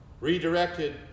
redirected